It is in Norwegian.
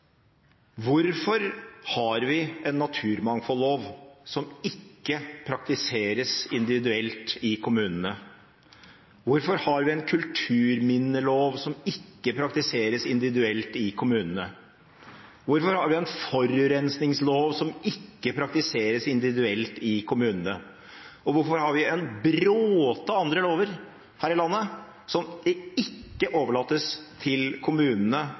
Hvorfor har vi en naturmangfoldlov som ikke praktiseres individuelt i kommunene? Hvorfor har vi en kulturminnelov som ikke praktiseres individuelt i kommunene? Hvorfor har vi en forurensningslov som ikke praktiseres individuelt i kommunene? Og hvorfor har vi en bråte andre lover her i landet som det ikke overlates til kommunene